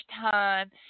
time